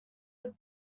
would